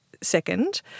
second